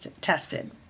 tested